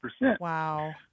Wow